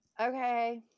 Okay